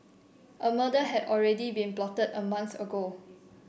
a murder had already been plotted a month ago